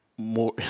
more